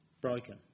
broken